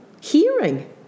hearing